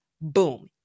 Boom